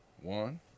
one